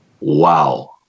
Wow